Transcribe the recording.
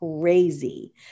crazy